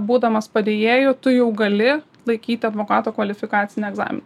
būdamas padėjėju tu jau gali laikyti advokato kvalifikacinį egzaminą